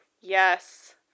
yes